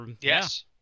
Yes